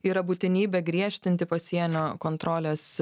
yra būtinybė griežtinti pasienio kontrolės